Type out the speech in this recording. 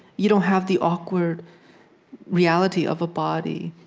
you don't have the awkward reality of a body,